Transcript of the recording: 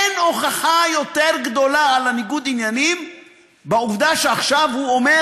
אין הוכחה יותר גדולה לניגוד עניינים מהעובדה שעכשיו הוא אומר: